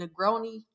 negroni